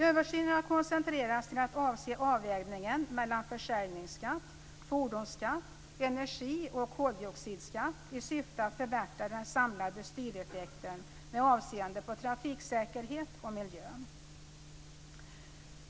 Översynen har koncentrerats till att avse avvägningen mellan försäljningsskatt, fordonsskatt samt energioch koldioxidskatt i syfte att förbättra den samlade styreffekten med avseende på trafiksäkerhet och miljö.